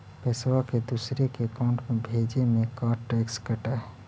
पैसा के दूसरे के अकाउंट में भेजें में का टैक्स कट है?